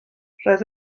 roedd